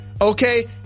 okay